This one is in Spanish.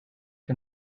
que